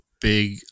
big